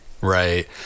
Right